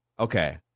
Okay